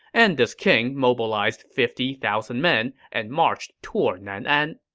and this king mobilized fifty thousand men and marched toward nan'an